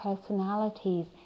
personalities